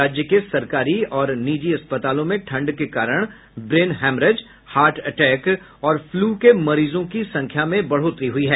राज्य के सरकारी और निजी अस्पतालों में ठंड के कारण ब्रेन हैमरेज हार्ट अटैक और फ्लू के मरीजों की संख्या में बढोतरी हुई है